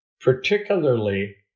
particularly